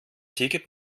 ticket